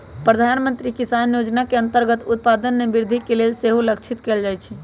प्रधानमंत्री किसान जोजना के अंतर्गत उत्पादन में वृद्धि के सेहो लक्षित कएल जाइ छै